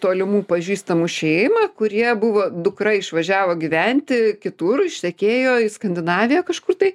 tolimų pažįstamų šeimą kurie buvo dukra išvažiavo gyventi kitur ištekėjo į skandinaviją kažkur tai